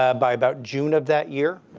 ah by about june of that year,